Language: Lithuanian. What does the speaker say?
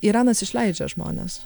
iranas išleidžia žmones